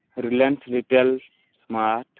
reliance retail smart